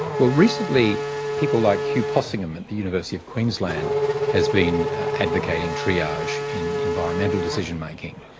well, recently people like hugh possingham at the university of queensland has been advocating triage in environmental decision-making.